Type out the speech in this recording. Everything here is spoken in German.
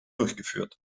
durchgeführt